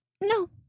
No